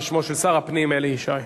בשמו של שר הפנים אלי ישי.